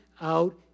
out